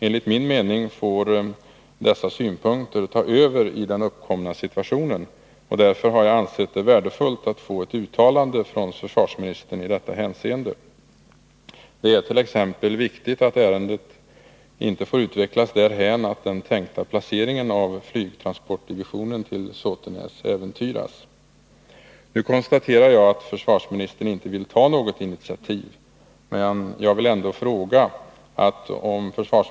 Enligt min mening får dessa synpunkter ta över i den uppkomna 5 situationen, och därför har jag ansett det värdefullt att få ett uttalande från försvarsministern i detta hänseende. Det är t.ex. viktigt att ärendet inte får utvecklas därhän att den tänkta Jag konstaterar att försvarsministern inte vill ta något initiativ, men jag vill ändå ställa en fråga.